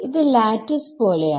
ഇത് ലാറ്റിസ് പോലെയാണ്